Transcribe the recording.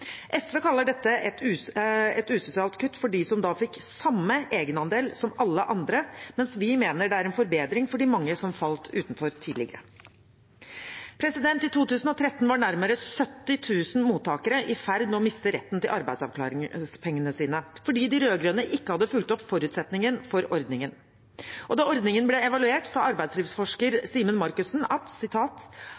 SV kaller dette et usosialt kutt for dem som da fikk samme egenandel som alle andre, mens vi mener det er en forbedring for de mange som falt utenfor tidligere. I 2013 var nærmere 70 000 mottakere i ferd med å miste retten til arbeidsavklaringspengene sine fordi de rød-grønne ikke hadde fulgt opp forutsetningen for ordningen. Da ordningen ble evaluert, sa arbeidslivsforsker